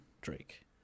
Drake